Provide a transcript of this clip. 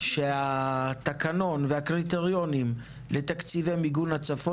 שהתקנון והקריטריונים לתקציבי מיגון הצפון